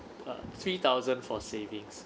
uh three thousand for savings